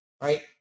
right